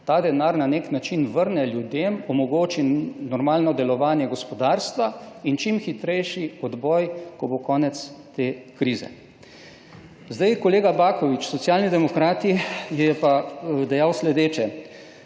ta denar na nek način vrne, ljudem omogoči normalno delovanje gospodarstva in čim hitrejši odboj, ko bo konec te krize. Zdaj, kolega Baković, Socialni demokrati, je pa dejal sledeče,